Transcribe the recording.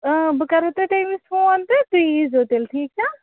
بہٕ کَرہو تۄہہِ تَمہِ وِزِ فون تہٕ تُہۍ ییٖزیٚو تیٚلہِ ٹھیٖک چھا